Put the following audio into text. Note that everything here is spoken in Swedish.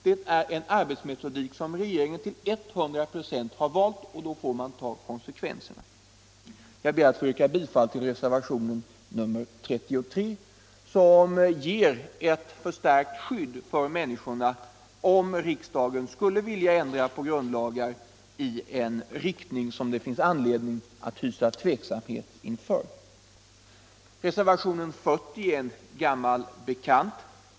Det är en arbetsmetodik som regeringen till 100 96 har valt, och då får man ta konsekvenserna. Jag ber att få yrka bifall till reservationen 33, som ger ett förstärkt skydd för människorna om riksdagen skulle vilja ändra på grundlagar i en riktning som det finns anledning att hysa tveksamhet inför. Reservationen 40 är en gammal bekant.